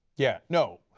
yeah, no,